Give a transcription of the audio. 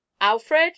Alfred